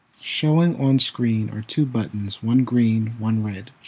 showing on screen are two buttons, one green, one red.